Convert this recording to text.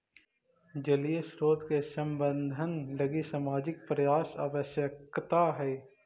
जलीय स्रोत के संवर्धन लगी सामाजिक प्रयास आवश्कता हई